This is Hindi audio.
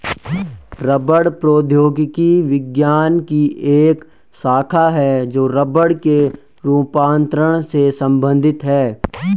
रबड़ प्रौद्योगिकी विज्ञान की एक शाखा है जो रबड़ के रूपांतरण से संबंधित है